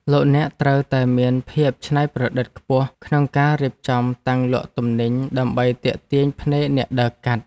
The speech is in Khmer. លោកអ្នកត្រូវតែមានភាពច្នៃប្រឌិតខ្ពស់ក្នុងការរៀបចំតាំងលក់ទំនិញដើម្បីទាក់ទាញភ្នែកអ្នកដើរកាត់។